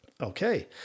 Okay